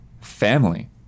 family